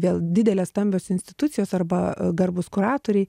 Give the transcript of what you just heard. vėl didelės stambios institucijos arba garbūs kuratoriai